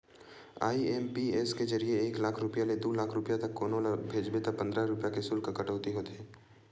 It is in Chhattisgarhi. आई.एम.पी.एस के जरिए एक लाख रूपिया ले दू लाख रूपिया तक कोनो ल भेजबे त पंद्रह रूपिया के सुल्क कटउती होथे